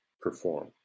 perform